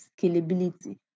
scalability